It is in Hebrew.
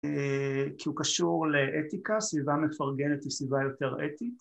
כי הוא קשור לאתיקה, סביבה מפרגנת היא סביבה יותר אתית